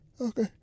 Okay